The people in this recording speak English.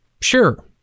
Sure